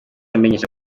amenyesha